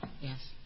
yes